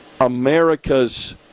America's